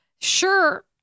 Sure